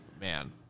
Man